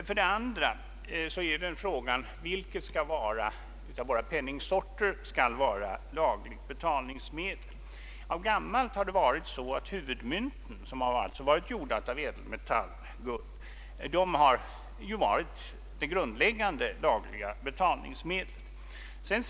För det andra gäller det vilka av våra penningsorter som skall utgöra lagligt betalningsmedel. Sedan gammalt har huvudmynten, alltså gjorda av guld, varit det grundläggande betalningsmedlet.